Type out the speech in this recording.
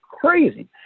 crazy